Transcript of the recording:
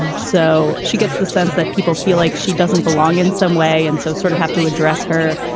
so she gets the sense that people feel like she doesn't belong in some way. and so sort of have to address her,